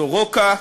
סורוקה,